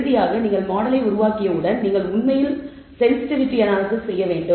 இறுதியாக நீங்கள் மாடலை உருவாக்கியவுடன் நீங்கள் உண்மையில் சென்சிட்டிவிட்டி அனாலைஸிஸ் செய்ய வேண்டும்